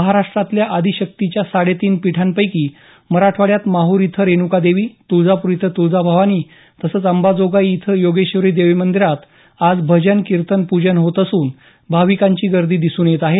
महाराष्ट्रातल्या आदिशक्तीच्या साडेतीन पीठांपैकी मराठवाड्यात माहूर इथं रेणुका देवी तुळजापूर इथं त्ळजाभवानी तसंच अंबाजोगाई इथं योगेश्वरी देवी मंदिरात आज भजन कीर्तन पूजन होत असून भाविकांची गर्दी दिसून येत आहे